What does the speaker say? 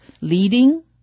leading